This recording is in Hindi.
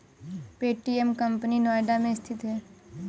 पे.टी.एम कंपनी नोएडा में स्थित है